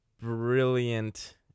brilliant